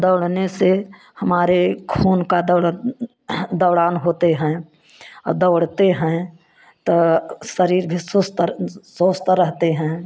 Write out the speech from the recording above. दौड़ने से हमारे खून का दौरान होते हैं दौड़ते हैं तो शरीर भी स्वस्थ स्वस्थ रहते हैं